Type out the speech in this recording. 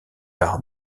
par